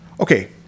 Okay